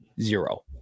zero